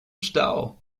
stau